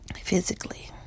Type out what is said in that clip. physically